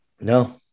No